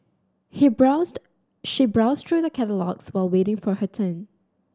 he browsed she browsed through the catalogues while waiting for her turn